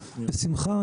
בשמחה,